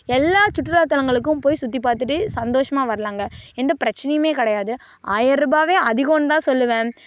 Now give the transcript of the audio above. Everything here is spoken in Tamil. எல்ல சுற்றுலா தலங்களுக்கும் போய் சுற்றிப்பாத்துட்டு சந்தோஷமாக வரலாம்ங்க எந்த பிரச்சனையுமே கிடையாது ஆயிர்ரூபாவே அதிகம்தான் சொல்லுவேன்